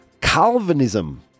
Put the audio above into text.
Calvinism